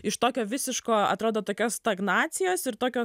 iš tokio visiško atrodo tokios stagnacijos ir tokio